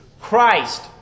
Christ